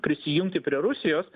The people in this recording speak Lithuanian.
prisijungti prie rusijos